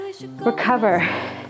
Recover